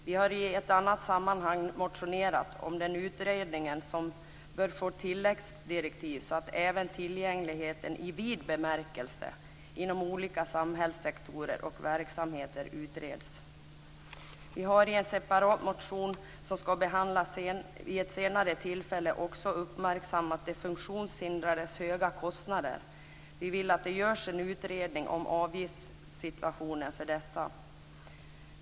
Vi har i annat sammanhang motionerat om att den utredningen bör få tilläggsdirektiv, så att även tillgängligheten i vid bemärkelse inom olika samhällssektorer och verksamheter utreds. Vi har i en separat motion, som ska behandlas vid ett senare tillfälle, också uppmärksammat de funktionshindrades höga kostnader. Vi vill att det görs en utredning om avgiftssituationen för dessa.